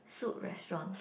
Soup Restaurant